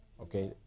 Okay